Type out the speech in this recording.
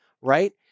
right